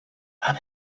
him